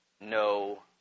no